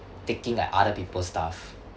taking like other people's stuff